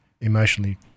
emotionally